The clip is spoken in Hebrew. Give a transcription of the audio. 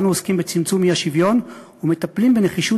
אנו עוסקים בצמצום האי-שוויון ומטפלים בנחישות